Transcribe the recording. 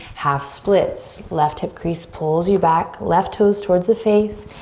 half splits. left hip crease pulls you back, left toes towards the face,